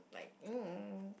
like mm